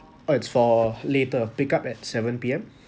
uh it's for later pick up at seven P_M